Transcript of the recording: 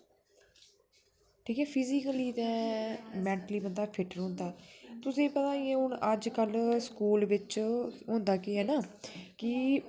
कि के फिजीकली ते मैन्टली बंदा फिट रौहंदा तुसेगी पता गे नी हून अज कल स्कूल बिच होंदा के ऐ ना कि